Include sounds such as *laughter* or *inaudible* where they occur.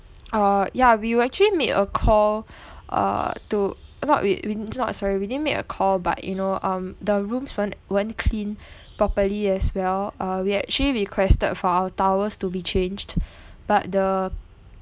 uh yeah we were actually made a call *breath* uh to not we we not sorry we didn't make a call but you know um the rooms weren't weren't cleaned *breath* properly as well uh we actually requested for our towels to be changed *breath* but the